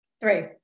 three